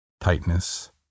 tightness